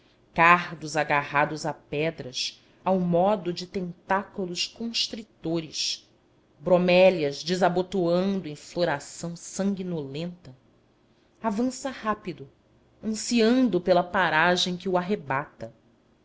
cardos agarrados a pedras ao modo de tentáculos constritores bromélias desabotoando em floração sanguinolenta avança rápido ansiando pela paragem que o arrebata